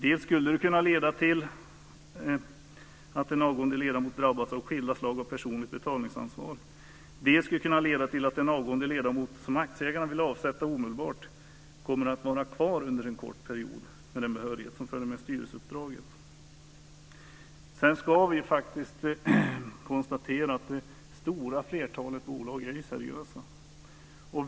Dels skulle det kunna leda till att en avgående ledamot drabbas av skilda slag av personligt betalningsansvar, dels skulle det kunna leda till att en avgående ledamot som aktieägaren vill avsätta omedelbart kommer att vara kvar under en kort period med den behörighet som följer med styrelseuppdraget. Sedan ska vi faktiskt konstatera att det stora flertalet bolag är seriösa.